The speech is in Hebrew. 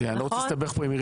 נכון?